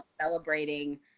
celebrating